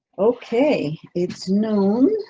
okay, it's noon,